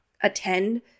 attend